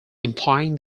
implying